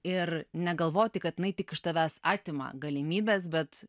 ir negalvoti kad jinai tik iš tavęs atima galimybes bet